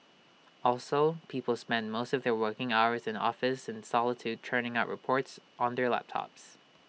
also people spend most of their working hours in office in solitude churning out reports on their laptops